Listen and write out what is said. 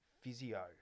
physio